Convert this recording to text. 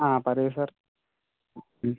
ആ പറയൂ sir sir